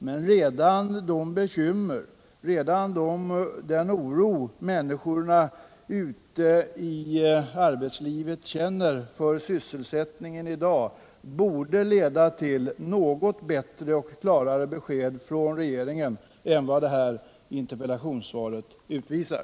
Men redan den oro som de bekymrade människorna ute i arbetslivet i dag känner för sysselsättningen borde leda till bättre och klarare besked från regeringen än vad det här interpellationssvaret utvisar.